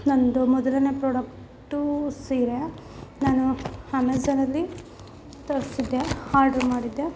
ನನ್ನದು ಮೊದಲನೇ ಪ್ರಾಡಕ್ಟು ಸೀರೆ ನಾನು ಅಮೆಝನಲ್ಲಿ ತರಿಸಿದ್ದೆ ಹಾರ್ಡರ್ ಮಾಡಿದ್ದೆ